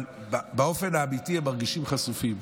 אבל באופן האמיתי הם מרגישים חשופים.